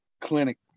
Clinic